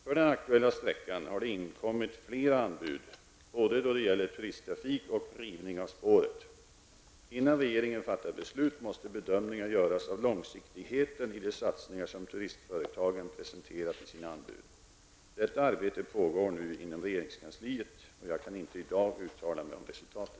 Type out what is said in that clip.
För den aktuella sträckan har det inkommit flera anbud både då det gäller turisttrafik och rivning av spåret. Innan regeringen fattar beslut måste bedömningar göras av långsiktigheten i de satsningar som turistföretagen presenterat i sina anbud. Detta arbete pågår nu inom regeringskansliet och jag kan inte i dag uttala mig om resultatet.